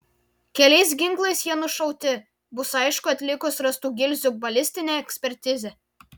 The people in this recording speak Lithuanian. keliais ginklais jie nušauti bus aišku atlikus rastų gilzių balistinę ekspertizę